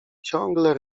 ciągle